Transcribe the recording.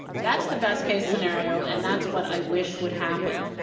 that's the best-case scenario, and that's what i wish would happen.